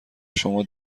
شما